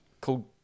Called